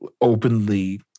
openly